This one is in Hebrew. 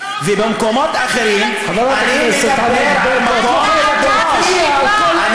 חברת הכנסת ברקו, לא להפריע.